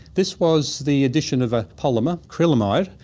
this was the addition of a polymer, acrylamide,